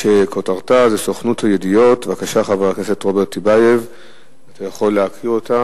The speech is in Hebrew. התורנית אבל בדיוק בימים אלה,